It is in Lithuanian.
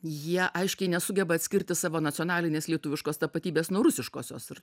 jie aiškiai nesugeba atskirti savo nacionalinės lietuviškos tapatybės nuo rusiškosios ir